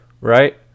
right